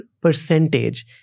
percentage